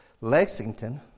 Lexington